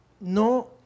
no